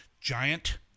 giant